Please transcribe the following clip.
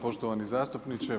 Poštovani zastupniče.